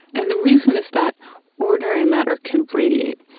and the reason is that ordinary matter can radiate.